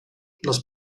los